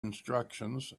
instructions